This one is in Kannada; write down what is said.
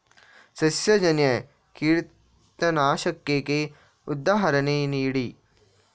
ಸಸ್ಯಜನ್ಯ ಕೀಟನಾಶಕಕ್ಕೆ ಉದಾಹರಣೆ ನೀಡಿ?